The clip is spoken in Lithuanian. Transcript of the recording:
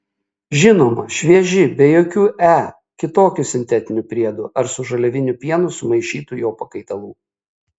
žinoma švieži be jokių e kitokių sintetinių priedų ar su žaliaviniu pienu sumaišytų jo pakaitalų